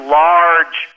large